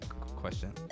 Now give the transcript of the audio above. question